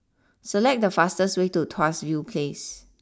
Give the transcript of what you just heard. select the fastest way to Tuas view place